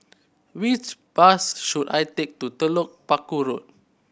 which bus should I take to Telok Paku Road